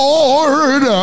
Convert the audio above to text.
Lord